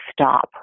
stop